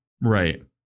right